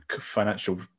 financial